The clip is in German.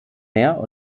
mehr